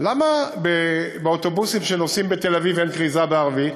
למה באוטובוסים שנוסעים בתל-אביב אין כריזה בערבית?